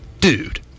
dude